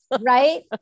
Right